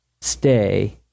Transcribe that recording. stay